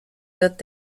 wird